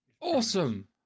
Awesome